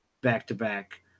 back-to-back